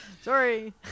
sorry